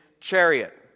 chariot